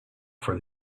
for